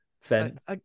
fence